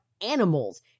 animals